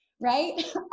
right